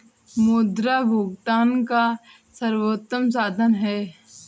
मुद्रा भुगतान का सर्वोत्तम साधन है